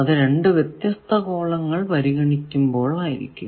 അത് രണ്ടു വ്യത്യസ്ത കോളങ്ങൾ പരിഗണിക്കുമ്പോൾ ആയിരിക്കും